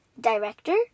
director